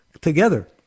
together